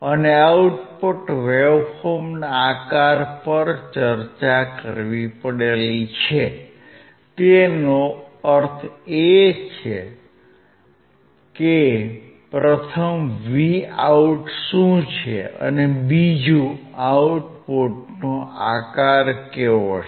અને આઉટપુટ વેવફોર્મના આકાર પર ચર્ચા કરવી પડી તેનો અર્થ જોઇએ તો પ્રથમ Vo શું છે અને બીજું આઉટપુટનો આકાર કેવો છે